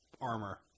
armor